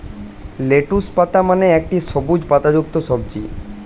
lettuce পাতা মানে একটি সবুজ পাতাযুক্ত সবজি